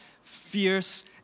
fierce